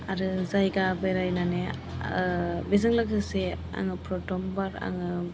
आरो जायगा बेरायनानै बेजों लोगोसे आङो प्रथमबार आङो